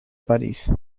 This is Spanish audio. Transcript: parís